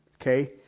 Okay